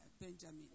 Benjamin